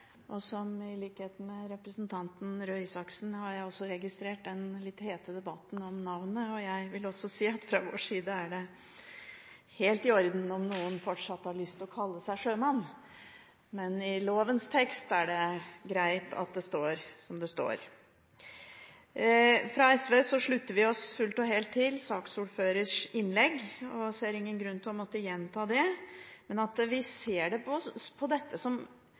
I likhet med representanten Røe Isaksen, har også jeg registrert den litt opphetede debatten om navnet. Jeg vil også si at fra vår side er det helt i orden om noen fortsatt har lyst å kalle seg sjømann, men i lovens tekst er det greit at det står som det står. SV slutter seg fullt og helt til saksordførerens innlegg, og jeg ser ingen grunn til å måtte gjenta det. Vi ser på det som skjer i dag, ikke bare som